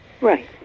Right